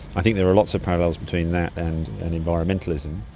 i think there are lots of parallels between that and and environmentalism.